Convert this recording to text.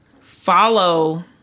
follow